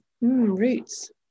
roots